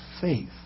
faith